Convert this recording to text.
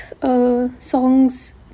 songs